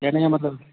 कहने का मतलब